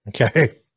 Okay